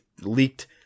leaked